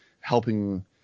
helping –